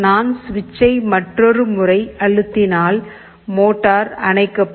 நான் சுவிட்சை மற்றொரு முறை அழுத்தினால் மோட்டார் அணைக்கப்படும்